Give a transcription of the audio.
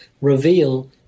reveal